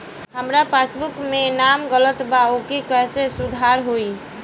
हमार पासबुक मे नाम गलत बा ओके कैसे सुधार होई?